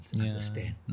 understand